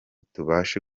tubashe